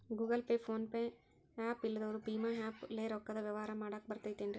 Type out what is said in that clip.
Google Pay, PhonePe app ಇಲ್ಲದವರು ಭೇಮಾ app ಲೇ ರೊಕ್ಕದ ವ್ಯವಹಾರ ಮಾಡಾಕ್ ಬರತೈತೇನ್ರೇ?